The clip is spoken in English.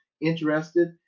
interested